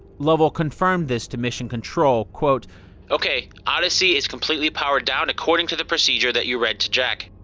lovell confirmed this to mission control, okay. odyssey is completely powered down according to the procedure that you read to jack.